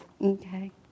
Okay